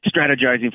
strategizing